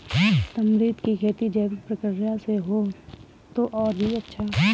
tamarind की खेती जैविक प्रक्रिया से हो तो और भी अच्छा